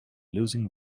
losing